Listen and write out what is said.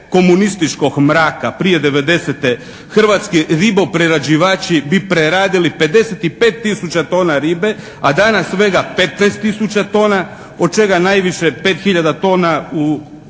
komunističkog mraka prije 1990. hrvatski riboprerađivači bi preradili 55 tisuća tona ribe a danas svega 15 tisuća tona od čega najviše 5 hiljada tona